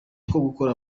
gukora